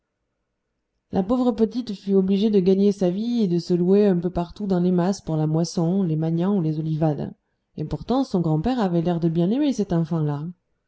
la pauvre petite fut obligée de gagner sa vie et de se louer un peu partout dans les mas pour la moisson les magnans ou les olivades et pourtant son grand-père avait l'air de bien l'aimer cette enfant-là